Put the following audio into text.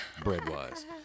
Bread-wise